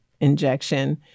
injection